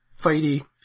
fighty